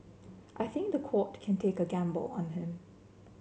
I think the court can take a gamble on him